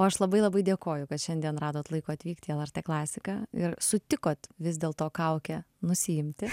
o aš labai labai dėkoju kad šiandien radot laiko atvykti į lrt klasiką ir sutikot vis dėlto kaukę nusiimti